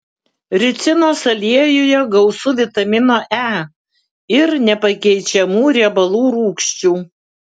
ricinos aliejuje gausu vitamino e ir nepakeičiamų riebalų rūgščių